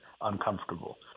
uncomfortable